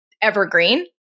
evergreen